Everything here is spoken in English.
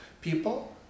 people